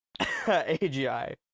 AGI